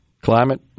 Climate